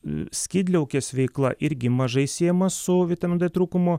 skydliaukės veikla irgi mažai siejama su vitamino d trūkumu